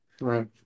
right